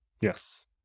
Yes